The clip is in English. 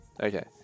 Okay